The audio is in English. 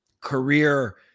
career